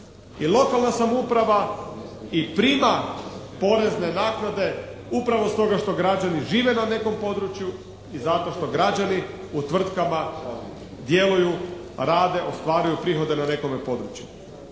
lokalna samouprava i prima porezne naknade upravo stoga što građani žive na nekom području i zato što građani u tvrtkama djeluju, rade, ostvaruju prihode na nekome području.